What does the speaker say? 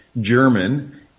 German